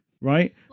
right